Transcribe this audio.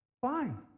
Fine